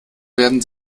werden